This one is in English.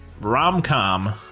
rom-com